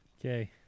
Okay